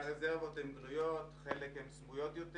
חלק מהרזרבות גלויות וחלק סמויות,